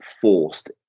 forced